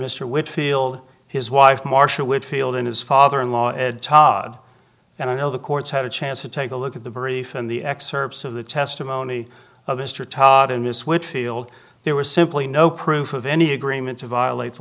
mr whitfield his wife marcia whitfield and his father in law todd and i know the courts had a chance to take a look at the brief and the excerpts of the testimony of mr todd in this which field there was simply no proof of any agreement to violate the